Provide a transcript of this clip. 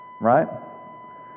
right